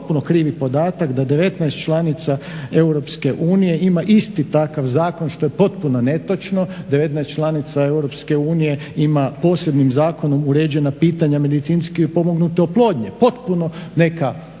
potpuno krivi podatak da 19 članica EU ima isti zakon što je potpuno netočno. 19 članica EU ima posebnim zakonom uređena pitanja medicinski pomognute oplodnje. Potpuno neka